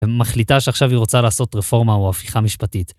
ומחליטה שעכשיו היא רוצה לעשות רפורמה או הפיכה משפטית.